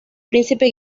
príncipe